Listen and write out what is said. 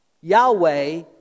Yahweh